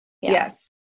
Yes